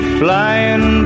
flying